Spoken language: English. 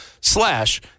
slash